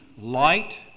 light